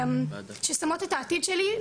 ששמות את העתיד שלי,